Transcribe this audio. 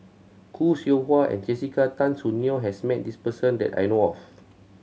Khoo Seow Hwa and Jessica Tan Soon Neo has met this person that I know of